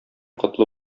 котлы